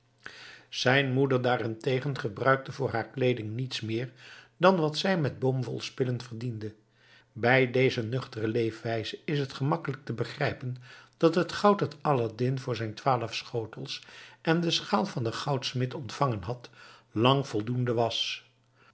zijn moeder daarentegen gebruikte voor haar kleeding niets meer dan wat zij met boomwolspinnen verdiende bij deze nuchtere leefwijze is het gemakkelijk te begrijpen dat het goud dat aladdin voor zijn twaalf schotels en de schaal van den goudsmid ontvangen had lang voldoende was